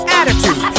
attitude